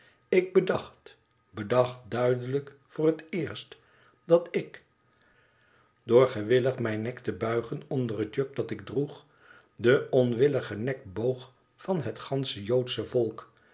ik bedacht bedacht duidelijk voor het eerst dat ik door gewillig mijn nek te buigen onder het juk dat ik droeg den onwilligen nek boog van het gansche joodsche volk